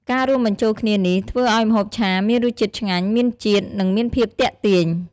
ការរួមបញ្ចូលគ្នានេះ ធ្វើឱ្យម្ហូបឆាមានរសជាតិឆ្ងាញ់ មានជាតិ និងមានភាពទាក់ទាញ។